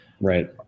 Right